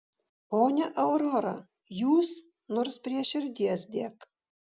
ponia aurora jūs nors prie širdies dėk